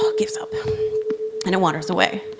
ah gives up and wanders away.